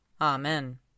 Amen